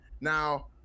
Now